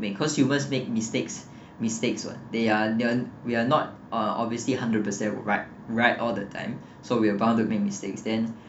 make cause human makes mistakes mistakes [what] they are they are not uh hundred percent right right all the time so we are bound to make mistakes then